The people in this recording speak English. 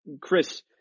Chris